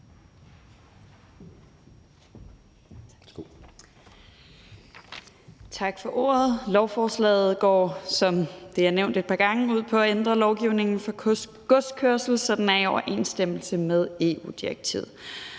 Tak for ordet. Lovforslaget går, som det er nævnt et par gange, ud på at ændre lovgivningen for godskørsel, sådan at den er i overensstemmelse med EU-direktivet.